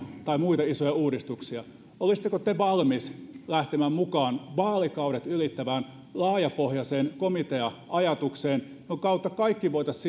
tai muita isoja uudistuksia niin olisitteko te valmis lähtemään mukaan vaalikaudet ylittävään laajapohjaiseen komitea ajatukseen jonka kautta kaikki voitaisiin